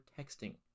texting